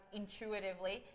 intuitively